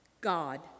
God